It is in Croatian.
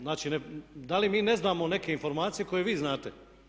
Znači, da li mi ne znamo neke informacije koje vi znate?